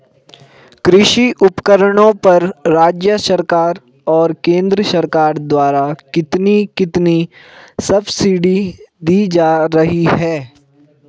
कृषि उपकरणों पर राज्य सरकार और केंद्र सरकार द्वारा कितनी कितनी सब्सिडी दी जा रही है?